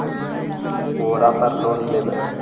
ओरापर लोन लेवै?